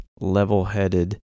level-headed